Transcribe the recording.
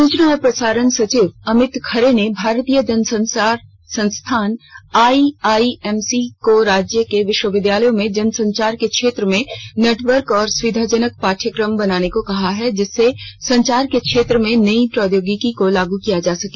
सूचना और प्रसारण सचिव अमित खरे ने भारतीय जनसंचार संस्थान आईआईएमसी को राज्य के विश्वाविद्यालयों में जनसंचार के क्षेत्र में नेटवर्क और सुविधाजनक पाठ्यक्रम बनाने को कहा है जिससे संचार के क्षेत्र में नई प्रौद्योगिकी को लागू किया जा सके